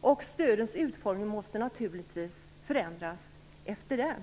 och stödens utformning måste naturligtvis förändras därefter.